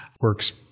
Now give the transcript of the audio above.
works